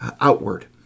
outward